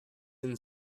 and